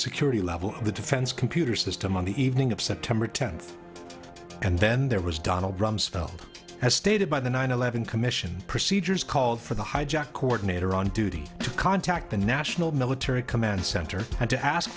security level of the defense computer system on the evening of september tenth and then there was donald rumsfeld as stated by the nine eleven commission procedures called for the hijack ordinator on duty to contact the national military command center and to ask